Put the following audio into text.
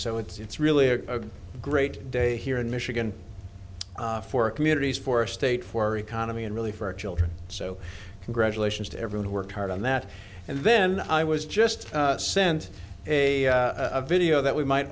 so it's really a great day here in michigan for communities for a state for our economy and really for our children so congratulations to everyone who worked hard on that and then i was just sent a video that we might